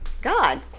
God